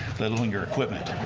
let alone your equipment.